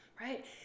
right